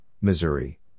Missouri